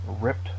ripped